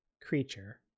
creature